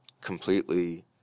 completely